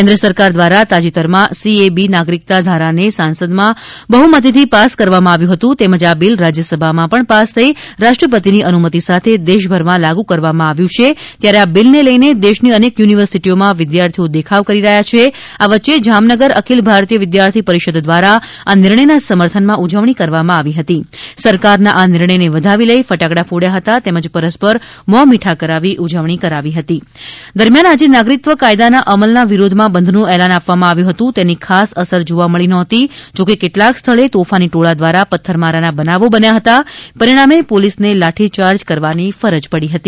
કેન્દ્ર સરકાર દ્વારા તાજેતરમાં સીએબી નાગરિકતા ધારાને સાંસદમાં બહ્મતિથી પાસ કરવામાં આવ્યું હતું તેમજ આ બિલ રાજ્યસભામાં પણ પાસ થઈ રાષ્ટ્રપતિની અનુમતિ સાથે દેશભરમાં લાગુ કરવામાં આવ્યું છે ત્યારે આ બિલને લઈને દેશની અનેક યુનિવર્સિટીઓમા વિદ્યાર્થીઓ દેખાવ કરી રહ્યા છે આ વચ્ચે જામનગર અખિલ ભારતીય વિધ્યાર્થી પરિષદ દ્વારા આ નિર્ણયના સમર્થનમાં ઉજવણી કરવાં આવી હતી સરકારના આ નિર્ણયને વધાવી લઈ ફટાકડા ફોડયા હતા તેમજ પરસ્પર મોં મીઠા કરાવી ઉજવણી કરી હતી દરમિયાન આજે નાગરિકત્વ કાયદાના અમલના વિરોધમાં બંધનું એલાન આપવામાં આવ્યું હતું તેની ખાસ અસર જોવા મળી નહોતી જો કે કેટલાંક સ્થળે તોફાની ટોળાં દ્વારા પથ્થરમારાના બનાવો બન્યા હતા પરિણામે પોલીસને લાઠીયાર્જ કરવાની ફરજ પડી હતી